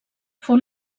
fou